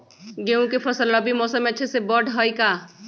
गेंहू के फ़सल रबी मौसम में अच्छे से बढ़ हई का?